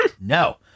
No